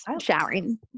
showering